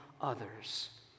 others